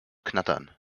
knattern